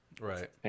Right